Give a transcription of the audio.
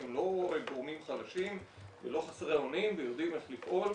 שהם לא גורמים חלשים ולא חסרי אונים ויודעים איך לפעול,